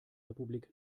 republik